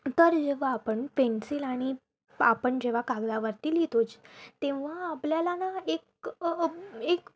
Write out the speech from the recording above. तर जेव्हा आपण पेन्सिल आणि आपण जेव्हा कागदावरती लिहितो तेव्हा आपल्याला ना एक एक